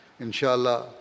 Inshallah